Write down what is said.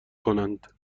کنند